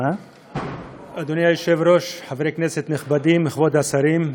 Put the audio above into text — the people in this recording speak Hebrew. אדוני היושב-ראש, חברי כנסת נכבדים, כבוד השרים,